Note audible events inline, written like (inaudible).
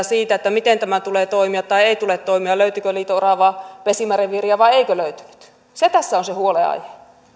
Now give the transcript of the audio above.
(unintelligible) siitä miten tämän tulee toimia tai ei tule toimia löytyikö liito oravan pesimäreviiriä vai eikö löytynyt se tässä on se huolenaihe että